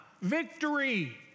victory